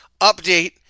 update